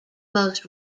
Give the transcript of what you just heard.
most